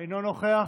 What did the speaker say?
אינו נוכח,